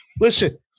Listen